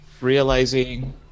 realizing